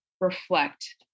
reflect